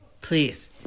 Please